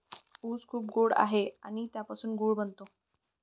ऊस खूप गोड आहे आणि त्यापासून गूळ बनतो